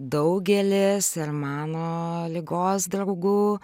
daugelis ir mano ligos draugų